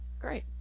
Great